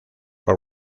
por